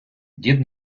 дід